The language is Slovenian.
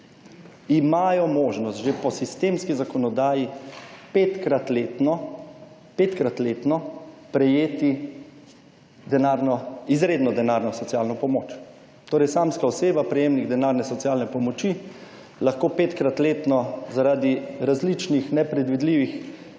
imajo možnost že po sistemski zakonodaji petkrat letno prejeti izredno denarno socialno pomoč. Torej, samska oseba prejemnik denarne socialne pomoči lahko petkrat letno zaradi različnih nepredvidljivih